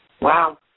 Wow